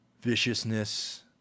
viciousness